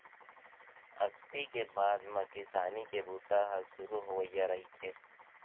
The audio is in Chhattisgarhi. अक्ती के बाद म किसानी के बूता ह सुरू होवइया रहिथे